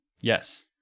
Yes